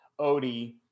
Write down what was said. Odie